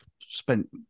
spent